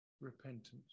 repentance